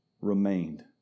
remained